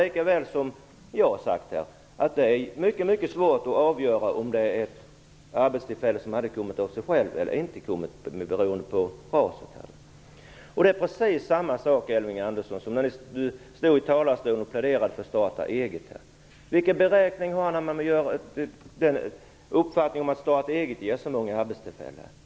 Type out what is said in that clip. Liksom jag har sagt här sade han att det är mycket svårt att avgöra om det är arbetstillfällen som hade kommit ändå, utan RAS. Det är precis samma sak som när Elving Andersson stod i talarstolen och pläderade för att människor skulle starta eget. Vilka beräkningar gör ni när ni menar att det ger så många arbetstillfällen när människor startar eget?